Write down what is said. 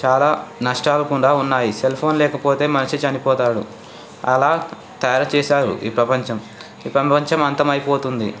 చాలా నష్టాలు కూడా ఉన్నాయి సెల్ ఫోన్ లేకపోతే మనిషి చనిపోతాడు అలా తయారు చేశారు ఈ ప్రపంచం ఈ ప్రపంచం అంతమైపోతుంది